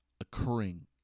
occurring